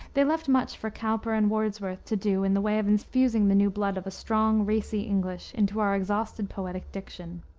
they left much for cowper and wordsworth to do in the way of infusing the new blood of a strong, racy english into our exhausted poetic diction.